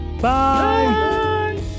bye